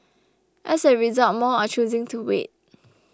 as a result more are choosing to wait